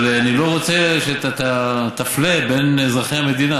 אבל אני לא רוצה שאתה תפלה בין אזרחי המדינה.